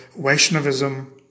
Vaishnavism